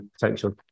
potential